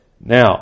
Now